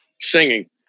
singing